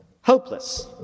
Hopeless